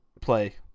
play